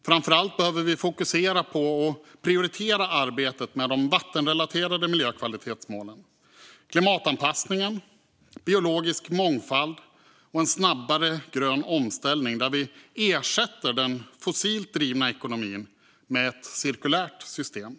Framför allt behöver vi fokusera på och prioritera arbetet med de vattenrelaterade miljökvalitetsmålen, klimatanpassningen, biologisk mångfald och en snabbare grön omställning där vi ersätter den fossilt drivna ekonomin med ett cirkulärt system.